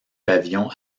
pavillon